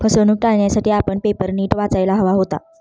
फसवणूक टाळण्यासाठी आपण पेपर नीट वाचायला हवा होता